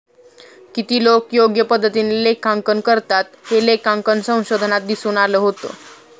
किती लोकं योग्य पद्धतीने लेखांकन करतात, हे लेखांकन संशोधनात दिसून आलं होतं